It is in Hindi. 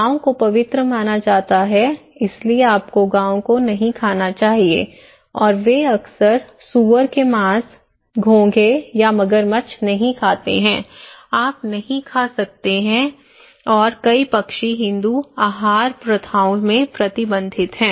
गायों को पवित्र माना जाता है इसीलिए आपको गाय नहीं खानी चाहिए और वे अक्सर सूअर के मांस घोंघे या मगरमच्छ नहीं खाते हैं आप नहीं खा सकते हैं और कई पक्षी हिंदू आहार प्रथाओं में प्रतिबंधित हैं